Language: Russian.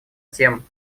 тем